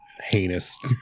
heinous